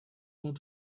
want